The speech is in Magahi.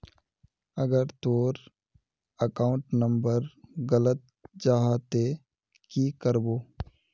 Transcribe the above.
अगर तोर अकाउंट नंबर गलत जाहा ते की करबो?